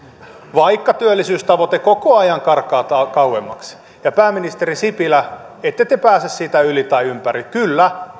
vaikka työllisyystavoite koko ajan karkaa kauemmaksi pääministeri sipilä ette te pääse siitä yli tai ympäri kyllä